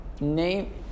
name